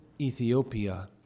Ethiopia